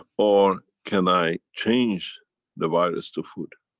or, can i change the virus to food?